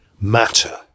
matter